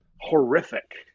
horrific